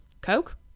Coke